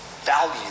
value